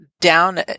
down